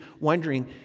wondering